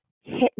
hit